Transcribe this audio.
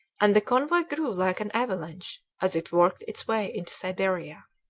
and the convoy grew like an avalanche as it worked its way into siberia.